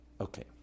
Okay